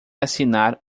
assinar